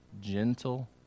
gentle